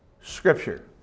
Scripture